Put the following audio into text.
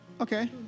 Okay